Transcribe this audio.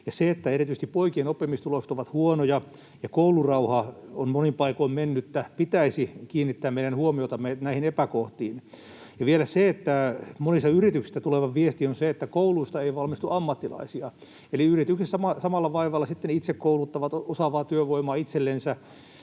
sen, että erityisesti poikien oppimistulokset ovat huonoja ja koulurauha on monin paikoin mennyttä, pitäisi kiinnittää meidän huomiotamme näihin epäkohtiin. Ja vielä se, että monista yrityksistä tuleva viesti on se, että kouluista ei valmistu ammattilaisia, eli yritykset samalla vaivalla sitten itse kouluttavat osaavaa työvoimaa itsellensä,